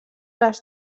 les